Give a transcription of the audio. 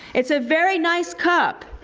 it's a very nice cup!